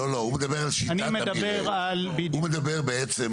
לא, הוא מדבר על שיטת המרעה.